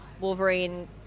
Wolverine